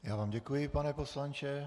Já vám děkuji, pane poslanče.